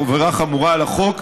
עבירה חמורה על החוק,